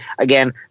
Again